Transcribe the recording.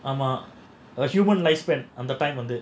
ஆமா:aamaa human lifespan வந்து:vandhu